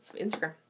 Instagram